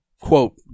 quote